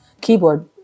keyboard